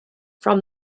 from